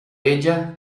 ella